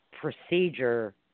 procedure